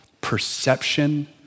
perception